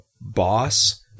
boss